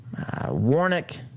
Warnick